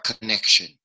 connection